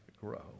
grow